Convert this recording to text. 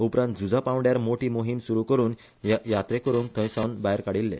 उपरांत झुंजा पांवडयार मोठी मोहिम सुरु करुन या यात्रेकरुंक थंयसावन भायर काडिल्ले